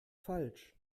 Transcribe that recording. falsch